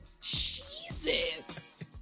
Jesus